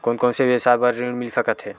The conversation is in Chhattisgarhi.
कोन कोन से व्यवसाय बर ऋण मिल सकथे?